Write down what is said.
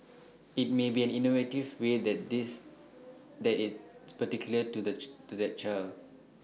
IT may be an innovative way that this that is particular to that to that child